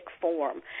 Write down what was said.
form